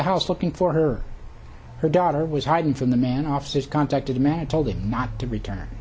house looking for her her daughter was hiding from the man officers contacted mad told him not to return